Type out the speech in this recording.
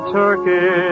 turkey